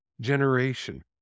generation